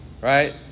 right